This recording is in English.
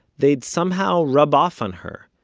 they'd somehow rub off on her,